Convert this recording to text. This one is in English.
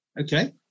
Okay